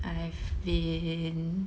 I've been